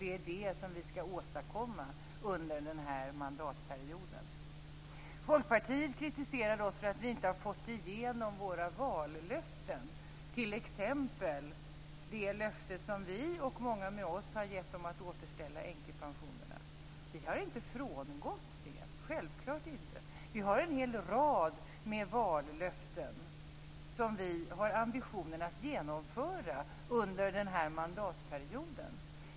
Det är det som vi skall åstadkomma under denna mandatperiod. Folkpartiet kritiserade oss för att vi inte har fått igenom våra vallöften - t.ex. det löfte som vi och många med oss har gett om att återställa änkepensionerna. Vi har inte frångått det. Självklart inte. Vi har en hel rad vallöften som vi har ambitionen att genomföra under den här mandatperioden.